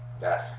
Yes